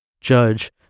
judge